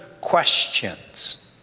questions